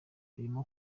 birimo